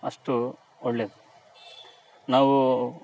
ಅಷ್ಟು ಒಳ್ಳೆದು ನಾವು